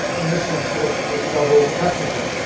in this sense, philosophy was above all, practical,